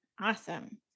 Awesome